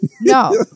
No